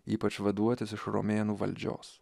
ypač vaduotis iš romėnų valdžios